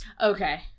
Okay